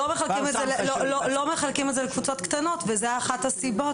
לא מחלקים את זה לקבוצות קטנות וזאת אחת הסיבות